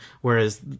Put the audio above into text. Whereas